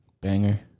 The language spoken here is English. Banger